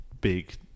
big